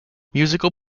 musical